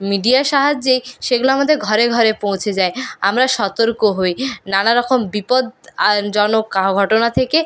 মিডিয়ার সাহায্যেই সেগুলো আমাদের ঘরে ঘরে পৌঁছে যায় আমরা সতর্ক হই নানারকম বিপদজনক কা ঘটনা থেকে